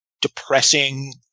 depressing